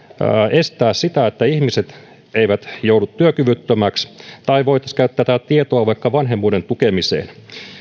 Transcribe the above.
estää sitä että ihmiset eivät joudu työkyvyttömiksi tai voitaisiin käyttää tätä tietoa vaikka vanhemmuuden tukemiseen